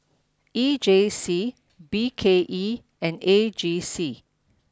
E J C B K E and A G C